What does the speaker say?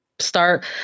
start